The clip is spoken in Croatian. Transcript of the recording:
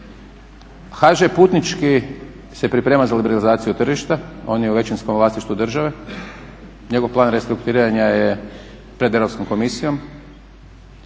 HŽ Putnički se priprema za liberalizaciju tržišta, on je većinskom vlasništvu države. Njegov plan restrukturiranja je pred Europskom komisijom.